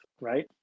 right